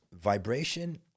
Vibration